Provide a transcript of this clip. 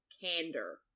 candor